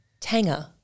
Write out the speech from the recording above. Tanger